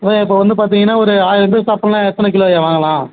ஐயா இப்போ வந்து பார்த்தீங்கன்னா ஒரு ஆயிரம் பேர் சாப்பிட்ணுன்னா எத்தனை கிலோய்யா வாங்கலாம்